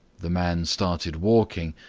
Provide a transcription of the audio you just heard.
the man started walking,